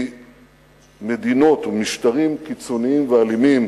ממדינות וממשטרים קיצוניים ואלימים,